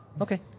Okay